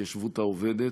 ההתיישבות העובדת.